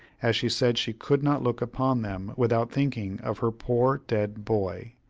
as she said she could not look upon them without thinking of her poor dead boy,